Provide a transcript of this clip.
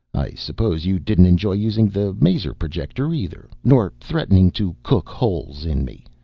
i suppose you didn't enjoy using the maser-projector either, nor threatening to cook holes in me.